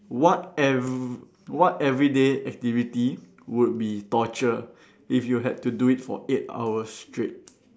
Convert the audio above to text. what ev~ what everyday activity would be torture if you had to do it for eight hours straight